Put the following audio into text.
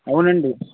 అవునండీ